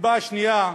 הסיבה השנייה,